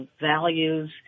values